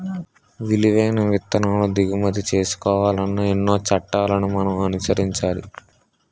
విలువైన విత్తనాలు దిగుమతి చేసుకోవాలన్నా ఎన్నో చట్టాలను మనం అనుసరించాలి